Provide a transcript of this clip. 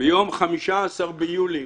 ביום 15 ביולי